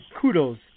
kudos